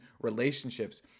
relationships